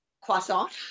Croissant